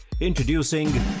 Introducing